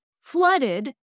flooded